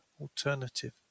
alternative